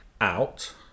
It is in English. out